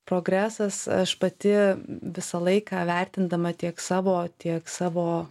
progresas aš pati visą laiką vertindama tiek savo tiek savo